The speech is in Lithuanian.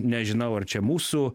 nežinau ar čia mūsų